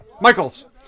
Michaels